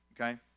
okay